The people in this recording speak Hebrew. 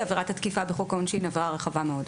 עבירת התקיפה בחוק העונשין היא עבירה רחבה מאוד.